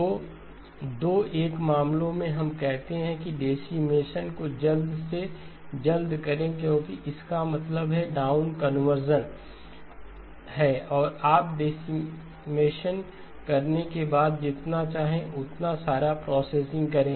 तो दो एक मामले में हम कहते हैं कि डिसीमेशन को जल्द से जल्द करें क्योंकि इसका मतलब है कि डाउन कन्वर्शन है और आप डिसीमेशन करने के बाद जितना चाहें उतना सारा प्रोसेसिंग करें